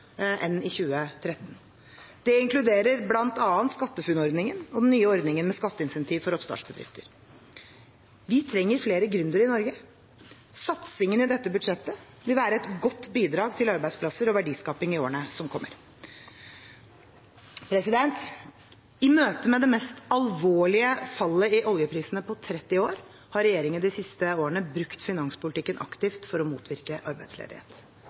enn i 2013. Det inkluderer bl.a. SkatteFUNN-ordningen og den nye ordningen med skatteincentiv for oppstartsbedrifter. Vi trenger flere gründere i Norge. Satsingene i dette budsjettet vil være et godt bidrag til arbeidsplasser og verdiskaping i årene som kommer. I møte med det mest alvorlige fallet i oljeprisene på 30 år har regjeringen de siste årene brukt finanspolitikken aktivt for å motvirke arbeidsledighet.